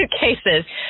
suitcases